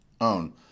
own